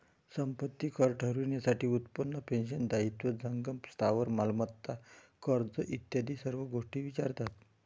संपत्ती कर ठरवण्यासाठी उत्पन्न, पेन्शन, दायित्व, जंगम स्थावर मालमत्ता, कर्ज इत्यादी सर्व गोष्टी विचारतात